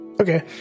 Okay